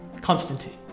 Constantine